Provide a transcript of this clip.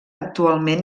actualment